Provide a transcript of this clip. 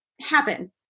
happen